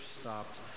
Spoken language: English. stopped